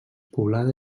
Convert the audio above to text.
poblada